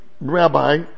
rabbi